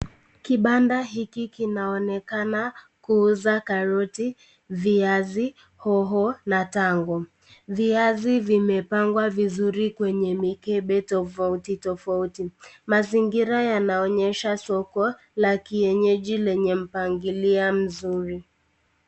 Kibanda hiki kinaonekana kuuza karoti, viazi, hoho na tango. Viazi vimepangwa vizuri kwenye mikebe tofauti tofauti. Mazingira yanaonyesha soko la kienyeji lenye mpangilia mzuri.